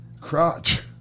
Crotch